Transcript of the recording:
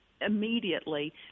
immediately